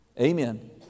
Amen